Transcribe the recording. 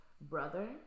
brother